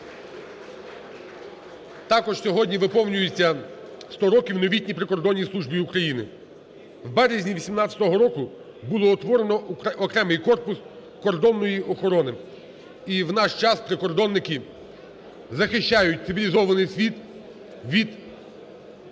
Також сьогодні виповнюється 100 років новітній прикордонній службі України. У березні 18-го року було утворено окремий корпус кордонної охорони. І у нас час прикордонники захищають цивілізований світ від навали.